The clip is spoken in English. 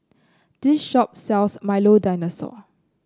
this shop sells Milo Dinosaur